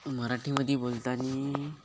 मराठीमध्ये बोलताना